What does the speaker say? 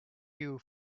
you